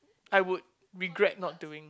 I would regret not doing